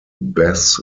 bess